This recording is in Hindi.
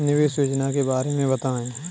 निवेश योजना के बारे में बताएँ?